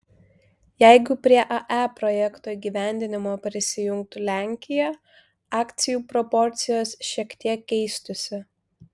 jeigu prie ae projekto įgyvendinimo prisijungtų lenkija akcijų proporcijos šiek tiek keistųsi